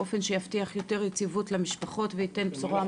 באופן שיבטיח יותר יציבות למשפחות ויתן בשורה.